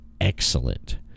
excellent